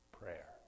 prayer